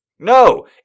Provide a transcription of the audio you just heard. No